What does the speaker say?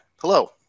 hello